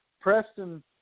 Preston